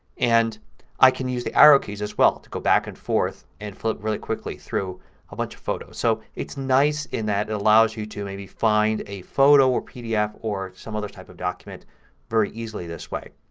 and i can use the arrow keys as well to go back and forth and flip really quickly through a bunch of photos. so it's nice in that it allows you to maybe find a photo or pdf or some other type of document very easily this way.